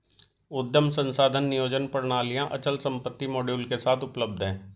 उद्यम संसाधन नियोजन प्रणालियाँ अचल संपत्ति मॉड्यूल के साथ उपलब्ध हैं